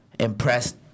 Impressed